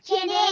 Chinny